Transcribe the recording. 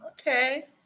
okay